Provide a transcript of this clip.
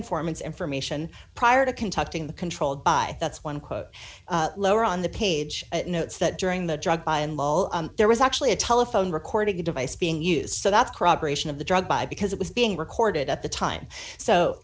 informants information prior to conduct in the controlled by that's one quote lower on the page notes that during the there was actually a telephone recording device being used so that's proper ration of the drug by because it was being recorded at the time so